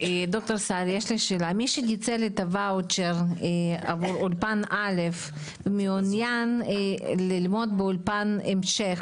מיש ניצל את הוואוצ'ר עבור אולפן א' מעוניין ללמוד באולפן המשך,